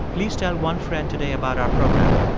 please tell one friend today about our program.